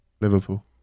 Liverpool